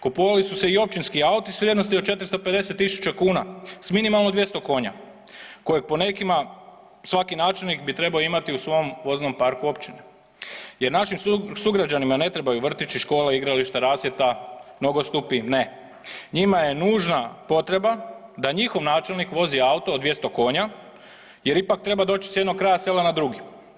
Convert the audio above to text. Kupovali su se i općinski auti vrijednosti od 450.000 kuna s minimalno 200 konja, kojeg po nekima svaki načelnik bi trebao imati u svom voznom parku općine jer našim sugrađanima ne trebaju vrtići, škola, igrališta, rasvjeta, nogostupi, ne, njima je nužna potreba da njihov načelnik vozi auto od 200 konja jer ipak treba doći sa jednog kraja sela na drugi.